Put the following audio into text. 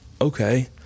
okay